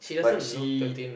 but she